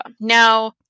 Now